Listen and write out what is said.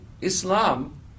Islam